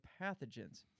pathogens